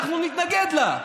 ואנחנו נתנגד לה,